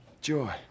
Joy